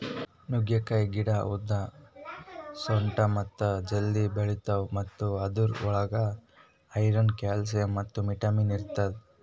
ನುಗ್ಗೆಕಾಯಿ ಗಿಡ ಉದ್ದ, ಸೊಟ್ಟ ಮತ್ತ ಜಲ್ದಿ ಬೆಳಿತಾವ್ ಮತ್ತ ಅದುರ್ ಒಳಗ್ ಐರನ್, ಕ್ಯಾಲ್ಸಿಯಂ ಮತ್ತ ವಿಟ್ಯಮಿನ್ ಇರ್ತದ